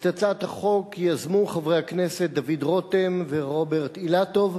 את הצעת החוק יזמו חברי הכנסת דוד רותם ורוברט אילטוב,